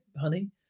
honey